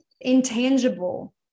intangible